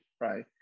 right